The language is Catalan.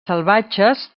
salvatges